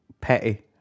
Petty